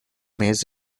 maize